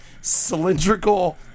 cylindrical